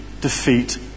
defeat